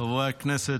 חברי הכנסת.